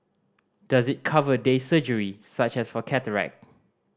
does it cover day surgery such as for cataract